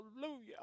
hallelujah